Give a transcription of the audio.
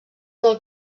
del